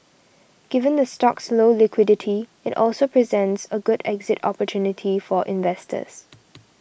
given the stock's low liquidity it also presents a good exit opportunity for investors